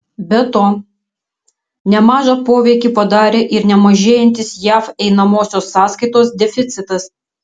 be to nemažą poveikį padarė ir nemažėjantis jav einamosios sąskaitos deficitas